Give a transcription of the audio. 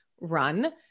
run